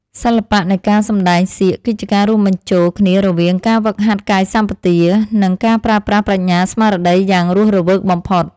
សិល្បៈនៃការសម្តែងសៀកគឺជាការរួមបញ្ចូលគ្នារវាងការហ្វឹកហាត់កាយសម្បទា និង ការប្រើប្រាស់ប្រាជ្ញាស្មារតីយ៉ាងរស់រវើកបំផុត។